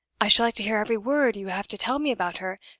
i should like to hear every word you have to tell me about her,